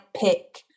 pick